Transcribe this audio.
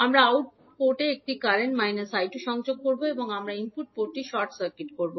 আমরা output port একটি current I 2 সংযোগ করব এবং আমরা ইনপুট পোর্টটি শর্ট সার্কিট করব